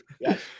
Yes